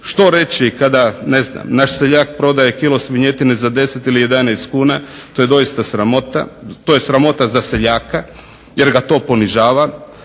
Što reći kada naš seljak prodaje kilu svinjetine za 10 ili 11 kuna, to je doista sramota, to je sramota za seljaka jer ga to ponižava